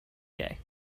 gay